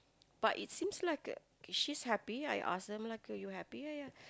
but it seems like she's happy I ask her like are you happy yeah yeah